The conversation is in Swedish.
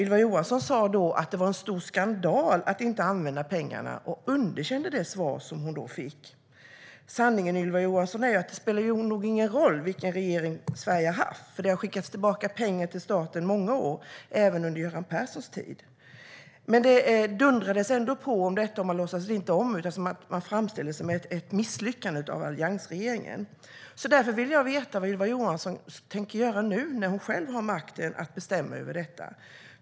Ylva Johansson sa att det var stor skandal att inte använda pengarna och underkände det svar som hon då fick. Sanningen är, Ylva Johansson, att det nog inte spelar någon roll vilken regering Sverige har haft. Det har skickats tillbaka pengar till staten i många år, och även under Göran Perssons tid. Det dundrades ändå på om detta. Man låtsades inte om det, utan man framställde det som ett misslyckande av alliansregeringen. Därför vill jag veta vad Ylva Johanson nu tänker göra när hon själv har makten att bestämma över detta.